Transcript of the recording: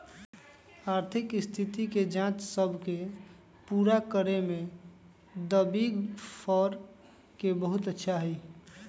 आर्थिक स्थिति के जांच सब के पूरा करे में द बिग फोर के बहुत अच्छा हई